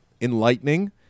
enlightening